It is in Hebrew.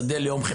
בשדה לאום וחברה,